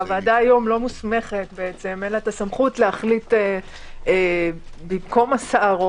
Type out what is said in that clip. הוועדה היום לא מוסמכת ואין לה הסמכות להחליט במקום השר.